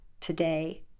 today